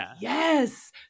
Yes